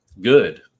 good